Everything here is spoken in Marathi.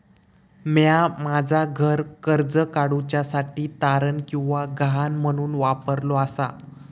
म्या माझा घर कर्ज काडुच्या साठी तारण किंवा गहाण म्हणून वापरलो आसा